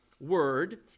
word